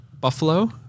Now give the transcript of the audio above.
Buffalo